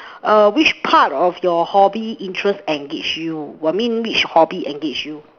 err which part of your hobby interest engage you I mean which hobby engage you